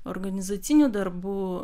organizacinių darbų